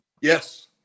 Yes